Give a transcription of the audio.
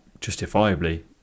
justifiably